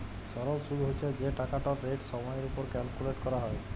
সরল সুদ্ হছে যে টাকাটর রেট সময়ের উপর ক্যালকুলেট ক্যরা হ্যয়